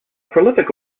prolific